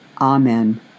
Amen